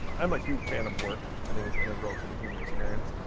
i'm a huge fan of work. i think it's integral to the human experience.